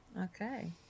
Okay